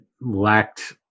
lacked –